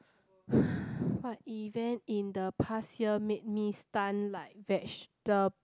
what event in the past year made me stunt like vegeta~